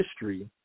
history